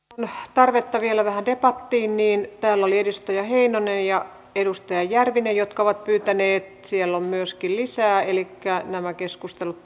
tarvetta vielä vähän debattiin täällä olivat edustaja heinonen ja edustaja järvinen jotka ovat pyytäneet siellä on myöskin lisää elikkä nämä keskustelut